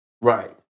right